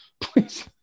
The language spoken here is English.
Please